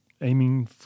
aiming